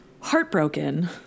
Heartbroken